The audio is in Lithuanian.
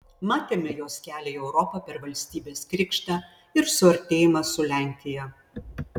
matėme jos kelią į europą per valstybės krikštą ir suartėjimą su lenkija